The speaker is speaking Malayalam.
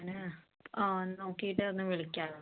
എങ്ങനാ ആ ഒന്ന് നോക്കീട്ട് ഒന്നു വിളിക്കാവോ